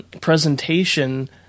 presentation